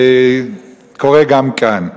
קורית גם כאן.